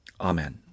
Amen